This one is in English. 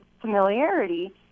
familiarity